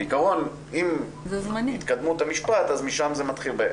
בעיקרון עם התקדמות המשפט משם זה מתחיל,